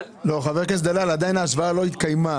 חבר הכנסת דלל, עדיין ההשוואה לא התקיימה.